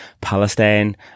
Palestine